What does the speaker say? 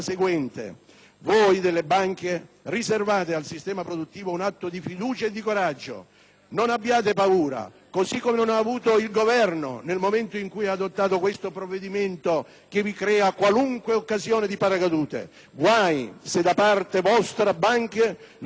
voi delle banche riservate al sistema produttivo un atto di fiducia e di coraggio. Non abbiate paura, così come non ne ha avuta il Governo nel momento in cui ha adottato questo provvedimento, che vi fornisce ogni tipo di paracadute. Guai se da parte vostra, banche, non ci fosse